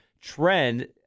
trend